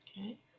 Okay